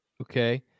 okay